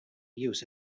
use